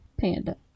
panda